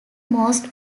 most